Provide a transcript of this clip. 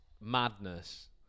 madness